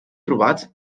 trobats